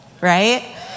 right